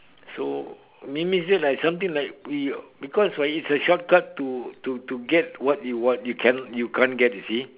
so meanings that like something like we because like it's a shortcut to to to get what you want you you cannot can't get you see